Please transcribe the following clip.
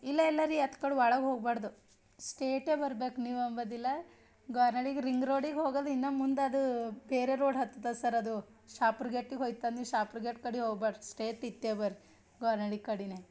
ಇಲ್ಲ ಇಲ್ಲಾರೀ ಅತ್ಕಡೆ ಒಳಗೆ ಹೋಗಬಾರ್ದು ಸ್ಟೇಟೆ ಬರ್ಬೇಕು ನೀವು ಅಂಬೋದಿಲ್ಲ ಗೋರ್ನಳ್ಳಿಗೆ ರಿಂಗ್ ರೋಡಿಗೆ ಹೋಗೋದು ಇನ್ನೂ ಮುಂದದು ಬೇರೆ ರೋಡ್ ಹತ್ತತ್ತಾ ಸರ್ ಅದು ಶಾಹಪುರ್ ಗೇಟಿಗೆ ಹೋಯ್ತ ನೀವು ಶಾಹಪುರ್ ಗೇಟ್ ಕಡೆ ಹೋಗ್ಬಾರ್ದು ಸ್ಟೇಟ್ ಇತ್ತೆ ಬರ್ರೀ ಗೋರ್ನಳ್ಳಿ ಕಡೆನೇ